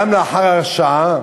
גם לאחר הרשעה,